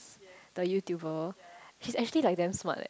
the YouTuber she's actually like them smart leh